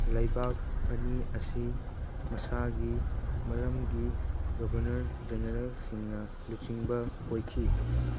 ꯂꯩꯕꯥꯛ ꯑꯅꯤ ꯑꯁꯤ ꯃꯁꯥꯒꯤ ꯃꯔꯝꯒꯤ ꯒꯕꯔꯅꯔ ꯖꯦꯅꯦꯔꯦꯜꯁꯤꯡꯅ ꯂꯨꯆꯤꯡꯕ ꯑꯣꯏꯈꯤ